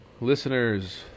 Listeners